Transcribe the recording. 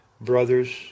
brothers